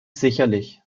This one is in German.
sicherlich